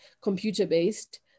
computer-based